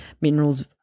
minerals